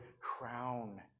crown